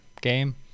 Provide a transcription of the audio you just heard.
game